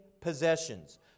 possessions